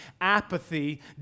apathy